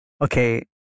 okay